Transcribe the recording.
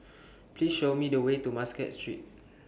Please Show Me The Way to Muscat Street